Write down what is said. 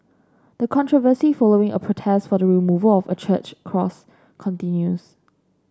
the controversy following a protest for the removal of a church cross continues